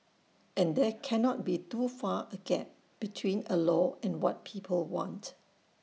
and there cannot be too far A gap between A law and what people want